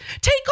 Take